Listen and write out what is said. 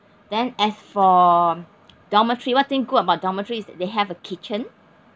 then as for dormitory one thing good about dormitory is that they have a kitchen